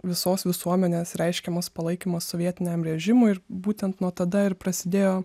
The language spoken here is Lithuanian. visos visuomenės reiškiamas palaikymas sovietiniam režimui ir būtent nuo tada ir prasidėjo